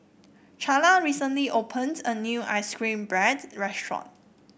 Charla recently opened a new ice cream bread restaurant